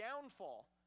downfall